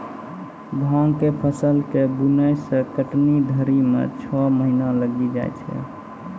भाँग के फसल के बुनै से कटनी धरी मे छौ महीना लगी जाय छै